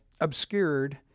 obscured